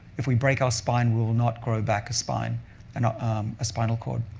if we break our spine, we will not grow back a spine and ah um a spinal cord.